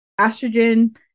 estrogen